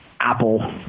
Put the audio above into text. Apple